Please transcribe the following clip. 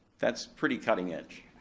that's pretty cutting edge,